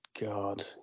God